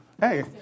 Hey